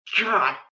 God